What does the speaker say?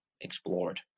explored